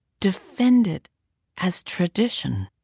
defended as tradition.